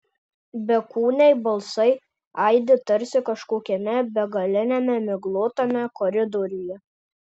bekūniai balsai aidi tarsi kažkokiame begaliniame miglotame koridoriuje